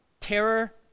terror